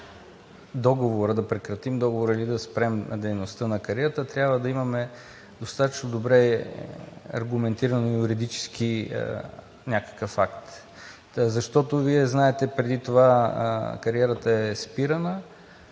договора, да прекратим договора или да спрем дейността на кариерата, трябва да имаме достатъчно добре аргументиран юридически някакъв акт. Защото, Вие знаете, преди това кариерата е спирана,